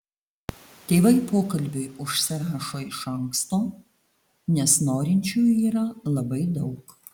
tėvai pokalbiui užsirašo iš anksto nes norinčiųjų yra labai daug